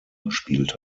gespielt